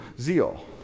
zeal